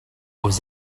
aux